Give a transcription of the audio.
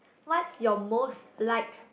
what's your most liked